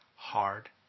hard